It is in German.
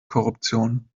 korruption